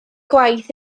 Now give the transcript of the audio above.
gwaith